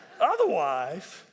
Otherwise